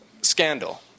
scandal